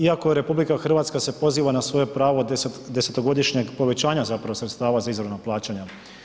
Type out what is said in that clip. Iako RH se poziva na svoje pravo 10-to godišnjeg povećanja zapravo sredstva za izravna plaćanja.